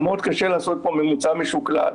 מאוד קשה לעשות פה ממוצע משוקלל.